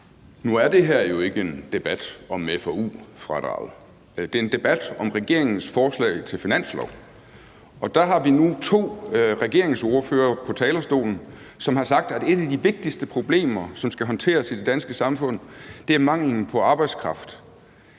Nu er det her jo ikke en debat om forsknings- og udviklingsfradraget, men det er en debat om regeringens forslag til finanslov, og der har vi nu haft to regeringsordførere på talerstolen, som har sagt, at et af de vigtigste problemer, som skal håndteres i det danske samfund, er manglen på arbejdskraft.